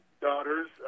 daughters